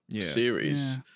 series